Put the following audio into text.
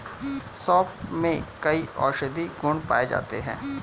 सोंफ में कई औषधीय गुण पाए जाते हैं